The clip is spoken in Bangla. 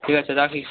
ঠিক আছে রাখি